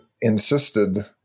insisted